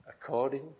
according